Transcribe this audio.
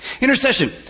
Intercession